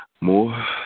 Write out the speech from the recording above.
more